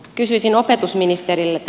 kysyisin opetusministeriltä